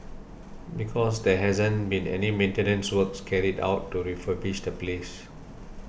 because there hasn't been any maintenance works carried out to refurbish the place